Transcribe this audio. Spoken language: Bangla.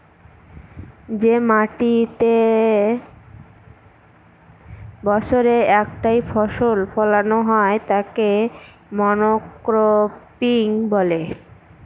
যে মাটিতেতে বছরে একটাই ফসল ফোলানো হয় তাকে মনোক্রপিং বলে